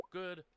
good